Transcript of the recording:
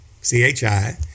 C-H-I